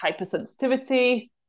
hypersensitivity